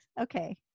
Okay